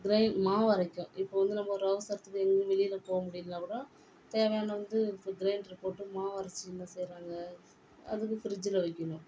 cry மாவு அரைக்க இப்போது வந்து நம்ம ஒரு அவசரத்துக்கு எங்கேயும் வெளியில் போக முடியலைன்னா கூட தேவையான வந்து இப்போ கிரைண்டரு போட்டு மாவரச்சி என்ன செய்கிறாங்க அதுக்கு ஃபிரிட்ஜில் வைக்கணும்